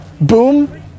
boom